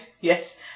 yes